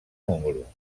número